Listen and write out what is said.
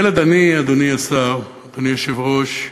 ילד עני, אדוני השר, אדוני היושב-ראש,